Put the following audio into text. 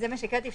זה מה שהקראתי.